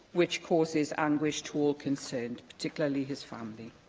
which causes anguish to all concerned, particularly his family.